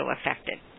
affected